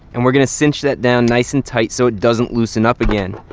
and we're gonna cinch that down nice and tight, so it doesn't loosen up again.